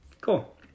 Cool